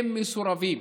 הם מסורבים.